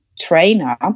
trainer